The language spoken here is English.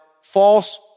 false